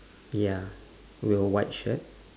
ya with a white shirt